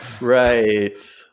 Right